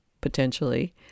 potentially